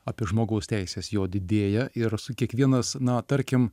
apie žmogaus teises jo didėja ir su kiekvienas na tarkim